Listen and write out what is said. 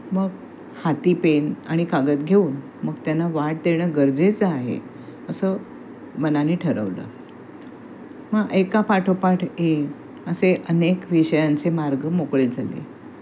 मग हाती पेन आणि कागद घेऊन मग त्यांना वाट देणं गरजेचं आहे असं मनाने ठरवलं मग एका पाठोपाठ हे असे अनेक विषयांचे मार्ग मोकळे झाले